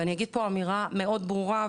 ואני אומר פה אמירה מאוד ברורה,